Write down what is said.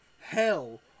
hell